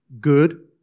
Good